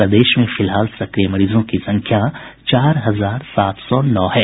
प्रदेश में फिलहाल सक्रिय मरीजों की संख्या चार हजार सात सौ नौ है